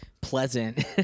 pleasant